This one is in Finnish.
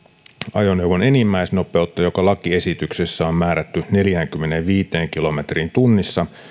ajoneuvon enimmäisnopeutta joka lakiesityksessä on määrätty neljäänkymmeneenviiteen kilometriin tunnissa